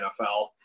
NFL